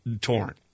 torn